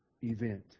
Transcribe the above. event